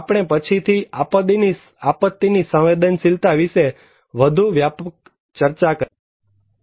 આપણે પછીથી આપત્તિની સંવેદનશીલતા વિશે પણ વધુ વ્યાપકતાથી ચર્ચા કરીશું